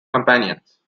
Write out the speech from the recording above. companions